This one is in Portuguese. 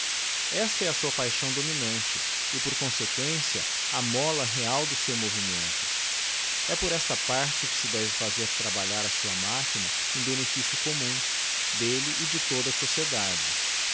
esta é a sua paixão dominante e por consequência a tíiola real do seu movimento é por esta parte que se dere fazer trabalhar a sua machina em beneficio comttitítn delle e de toda a sociedade